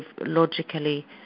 logically